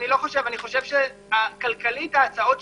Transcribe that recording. אני חושב שכלכלית ההצעות שקולות.